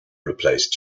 replaced